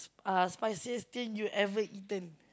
ah spiciest thing you ever eaten